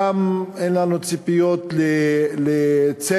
גם אין לנו ציפיות לצדק